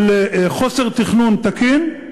של חוסר תכנון תקין,